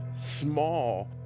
small